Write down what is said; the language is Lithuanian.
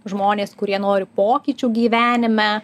žmonės kurie nori pokyčių gyvenime